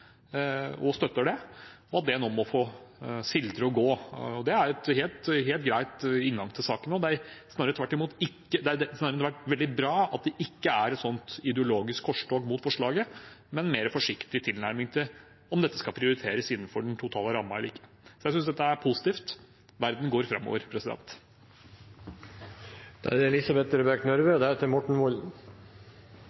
og støtter det – at det nå må få sildre og gå. Det er en helt grei inngang til saken. Det er snarere veldig bra at det ikke er et ideologisk korstog mot forslaget, men en mer forsiktig tilnærming til om dette skal prioriteres innenfor den totale rammen eller ikke. Jeg synes dette er positivt. Verden går framover. Jeg tar opp de forslagene som Arbeiderpartiet er